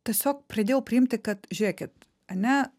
tiesiog pradėjau priimti kad žiūrėkit ane